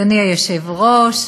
אדוני היושב-ראש,